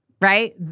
right